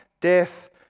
death